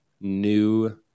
New